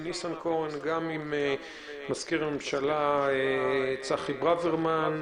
ניסנקורן וגם עם מזכיר הממשלה צחי ברוורמן,